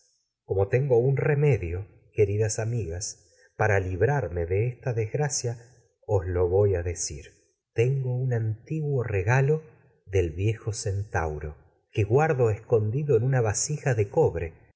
como tengo un esta remedio os queridas amigas decir librarme de un desgracia lo voy a tengo antiguo en una regalo del viejo centauro que guardo escondido vasija de cobre